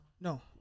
No